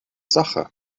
sache